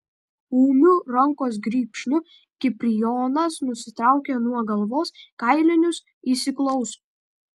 ūmiu rankos grybšniu kiprijonas nusitraukia nuo galvos kailinius įsiklauso